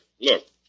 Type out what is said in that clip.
look